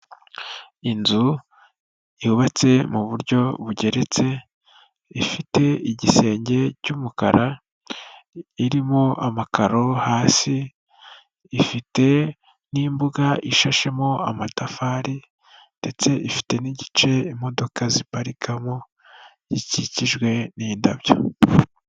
Inzu yubatse mu buryo bugeretse, ifite igisenge cy'umukara, irimo amakaro hasi, ifite n'imbuga ishashemo amatafari ndetse ifite n'igice imodoka ziparirikamo gikikijwe n'indabyo.